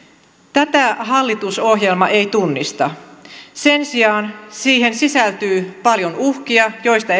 tätä hallitusohjelma ei tunnista sen sijaan siihen sisältyy paljon uhkia joista